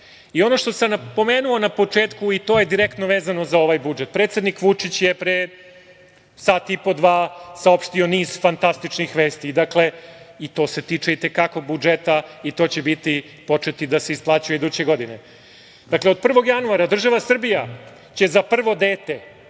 evra. Ono što sam napomenuo na početku, i to je direktno vezano za ovaj budžet, predsednik Vučić je pre sat i po, dva saopštio niz fantastičnih vesti i to se tiče i te kako budžeta i to će početi da se isplaćuje iduće godine. Dakle, od 1. januara država Srbija će za prvo dete